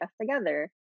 together